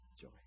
joy